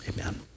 Amen